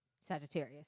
Sagittarius